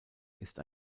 ist